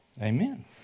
Amen